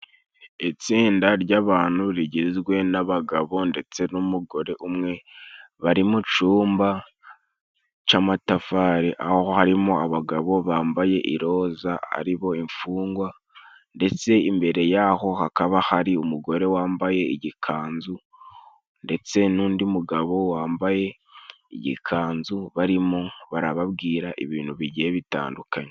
Itsinda ry'abantu rigizwe n'abagabo ndetse n'umugore umwe, bari mu cumba c'amatafari aho harimo abagabo bambaye iroza aribo imfungwa ,ndetse imbere yaho hakaba hari umugore wambaye igikanzu, ndetse n'undi mugabo wambaye igikanzu, bari mo barababwira ibintu bigiye bitandukanye.